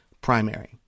primary